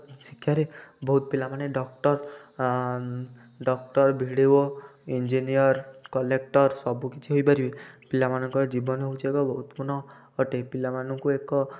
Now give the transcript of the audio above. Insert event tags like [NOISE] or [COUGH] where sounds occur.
ଶିକ୍ଷାରେ ବହୁତ ପିଲାମାନେ doctor doctor BDO engineer collector ସବୁକିଛି ହୋଇପାରିବେ ପିଲାମାନଙ୍କର ଜୀବନ ହେଉଛି ଏକ [UNINTELLIGIBLE] ପୂର୍ଣ୍ଣ ଅଟେ ପିଲାମାନଙ୍କୁ ଏକ